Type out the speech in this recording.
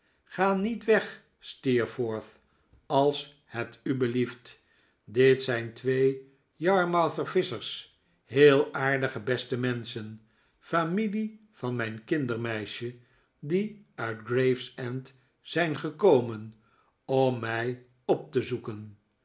ga niet weg steerforth als het u belieft dit zijn twee yarmouther visschers heel aardige beste menschen familie van mijn kindermeisje die uit gravesend zijn gekomen om mij op te zoeken